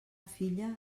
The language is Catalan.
filla